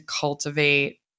cultivate